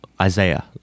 Isaiah